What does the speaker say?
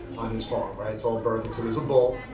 on his farm, right? it's all birthing. so there's a bull,